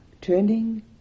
turning